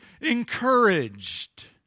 encouraged